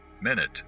minute